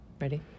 ready